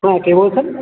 হ্যাঁ কে বলছেন